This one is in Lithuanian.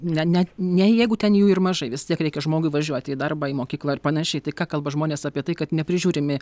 ne net ne jeigu ten jų ir mažai vis tiek reikia žmogui važiuoti į darbą į mokyklą ir panašiai tai ką kalba žmonės apie tai kad neprižiūrimi